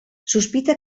sospita